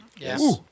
Yes